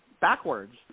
backwards